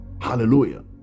hallelujah